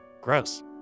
gross